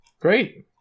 Great